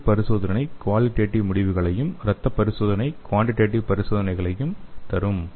சிறுநீர் பரிசோதனை குவாலிடேட்டிவ் முடிவுகளையும் இரத்த பரிசோதனை குவான்டிடேட்டிவ் பரிசோதனையையும் தரும்